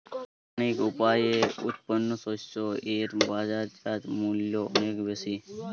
organic উপায়ে উৎপন্ন শস্য এর বাজারজাত মূল্য অনেক বেশি